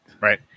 right